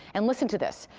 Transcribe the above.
and listen to this.